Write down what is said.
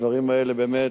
הדברים האלה באמת,